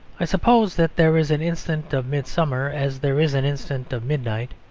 i suppose that there is an instant of midsummer as there is an instant of midnight.